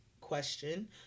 question